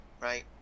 right